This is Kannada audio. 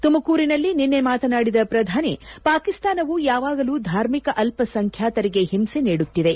ತುಮಕೂರಿನಲ್ಲಿ ನಿನ್ನೆ ಮಾತನಾಡಿದ ಪ್ರಧಾನಿ ಪಾಕಿಸ್ತಾನವು ಯಾವಾಗಲೂ ಧಾರ್ಮಿಕ ಅಲ್ಲ ಸಂಖ್ಯಾತರಿಗೆ ಹಿಂಸೆ ನೀಡುತ್ತಿದೆ